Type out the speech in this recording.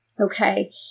Okay